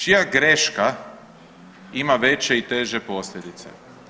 Čija greška ima veće i teže posljedice?